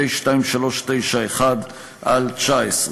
הכנסת, פ/2391/19.